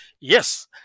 Yes